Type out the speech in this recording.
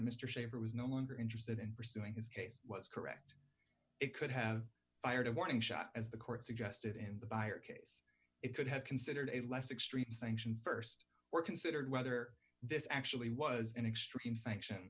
schaefer was no longer interested in pursuing his case was correct it could have fired a warning shot as the court suggested in the buyer case it could have considered a less extreme sanction st or considered whether this actually was an extreme sanction